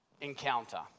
encounter